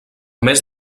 més